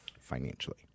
financially